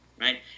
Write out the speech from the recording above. right